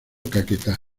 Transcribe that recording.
caquetá